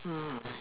why ah